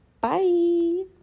Bye